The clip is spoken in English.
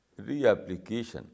reapplication